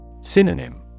Synonym